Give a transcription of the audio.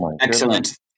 Excellent